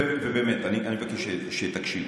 ובאמת אני מבקש שתקשיבו.